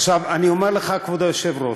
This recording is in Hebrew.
עכשיו, אני אומר לך, כבוד היושב-ראש,